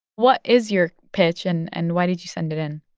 what is your pitch, and and why did you send it in?